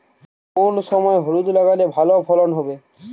কোন সময় হলুদ লাগালে ভালো ফলন হবে?